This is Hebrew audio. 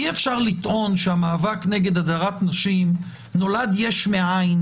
אי אפשר לטעון שהמאבק נגד הדרת נשים נולד יש מאין,